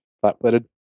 flat-footed